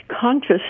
conscious